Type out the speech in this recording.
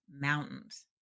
mountains